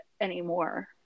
anymore